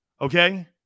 okay